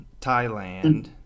Thailand